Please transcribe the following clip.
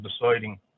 deciding